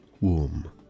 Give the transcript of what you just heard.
warm